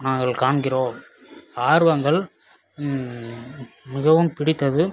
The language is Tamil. நாங்கள் காண்கிறோம் ஆர்வங்கள் மிகவும் பிடித்தது